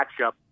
matchup